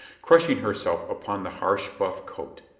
crushing herself upon the harsh buff coat.